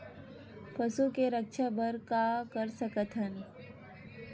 पशु के रक्षा बर का कर सकत हन?